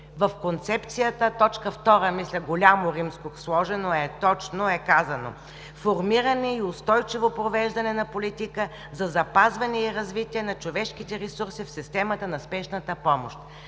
В концепцията, точка втора, мисля, голямо римско, е казано: „Формиране и устойчиво провеждане на политика за запазване и развитие на човешките ресурси в системата на спешната помощ“.